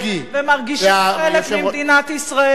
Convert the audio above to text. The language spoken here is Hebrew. ומרגישים חלק ממדינת ישראל.